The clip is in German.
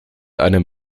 einem